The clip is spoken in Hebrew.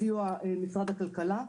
בסיוע משרד הכלכלה.